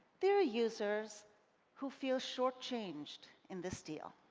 there are users who feel short-changed in this deal.